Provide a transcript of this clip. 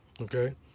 Okay